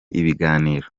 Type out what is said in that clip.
ibiganiro